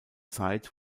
zeit